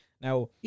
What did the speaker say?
Now